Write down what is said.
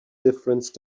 difference